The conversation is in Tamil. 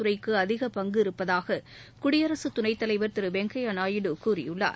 துறைக்கு அதிக பங்கு இருப்பதாக குடியரசுத் துணைத் தலைவர் திரு வெங்கப்யா நாயுடு கூறியுள்ளார்